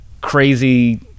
crazy